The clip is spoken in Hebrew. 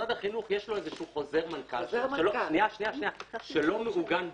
למשרד החינוך יש חוזר מנכ"ל שלא מעוגן בחוק,